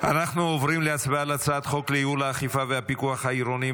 על הצעת חוק לייעול האכיפה והפיקוח העירוניים